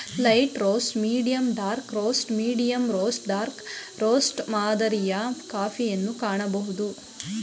light roast, medium dark roast, medium roast dark roast ಮಾದರಿಯ ಕಾಫಿಯನ್ನು ಕಾಣಬೋದು